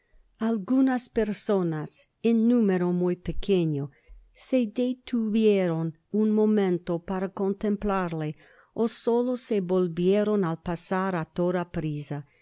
algunas personas en número muy pequeño se detuvieron un momento para con lomplarle ó solo se volvieron al pasar á toda prisa